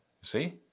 See